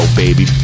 baby